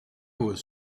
was